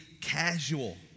casual